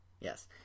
Yes